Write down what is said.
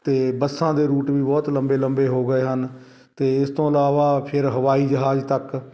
ਅਤੇ ਬੱਸਾਂ ਦੇ ਰੂਟ ਵੀ ਬਹੁਤ ਲੰਬੇ ਲੰਬੇ ਹੋ ਗਏ ਹਨ ਅਤੇ ਇਸ ਤੋਂ ਇਲਾਵਾ ਫਿਰ ਹਵਾਈ ਜਹਾਜ਼ ਤੱਕ